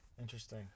Interesting